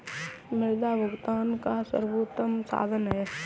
मुद्रा भुगतान का सर्वोत्तम साधन है